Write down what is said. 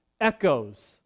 echoes